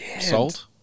salt